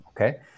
okay